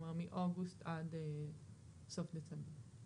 כלומר מאוגוסט עד סוף דצמבר.